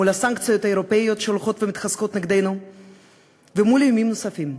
מול הסנקציות האירופיות שהולכות ומתחזקות נגדנו ומול איומים נוספים?